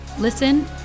Listen